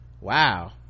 wow